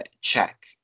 check